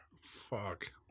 Fuck